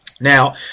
Now